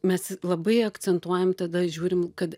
mes labai akcentuojam tada žiūrim kad